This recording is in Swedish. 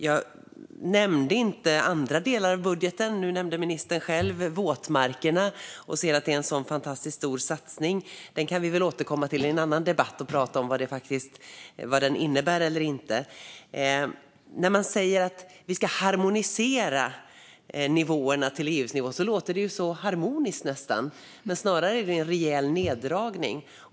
Jag nämnde inte andra delar av budgeten. Nu nämnde ministern själv våtmarkerna och säger att det är en sådan fantastiskt stor satsning. Det kan vi återkomma till i en annan debatt och då prata om vad detta faktiskt innebär och inte innebär. När man säger att vi ska harmonisera nivåerna till EU:s nivå låter det nästan harmoniskt, men det är snarare en rejäl neddragning.